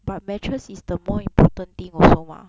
but mattress is the more important thing also [what]